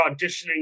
auditioning